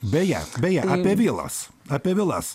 beje beje apie vilas apie vilas